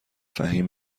فهمیه